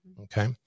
Okay